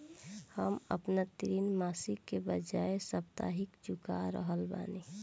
हम आपन ऋण मासिक के बजाय साप्ताहिक चुका रहल बानी